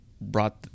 brought